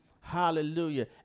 Hallelujah